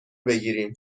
بگیریم